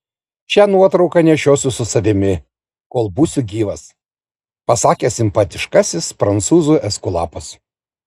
šią nuotrauką nešiosiu su savimi kol būsiu gyvas pasakė simpatiškasis prancūzų eskulapas